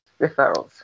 referrals